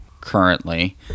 currently